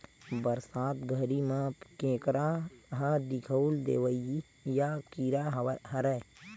बरसात घरी म केंकरा ह दिखउल देवइया कीरा हरय